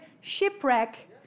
shipwreck